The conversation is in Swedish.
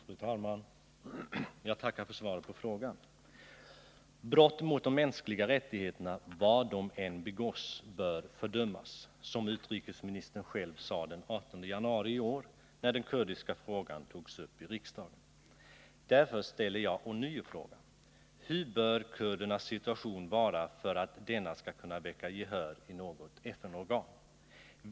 Fru talman! Utrikesministern sade själv, när det gällde kurderna, den 18 januarii år att vi måste vara uppmärksamma ”mot de brott mot de mänskliga rättigheterna som kan begås mot dessa grupper. Varhelst sådana brott begås och vi får kännedom om det måste vi självfallet vara beredda att uttala vårt fördömande.” Därför ställer jag ånyo frågan: Hur bör kurdernas situation vara för att denna skall kunna väcka gehör i något FN-organ?